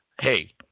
hey